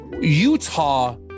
Utah